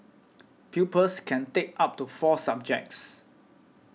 pupils can take up to four subjects